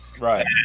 Right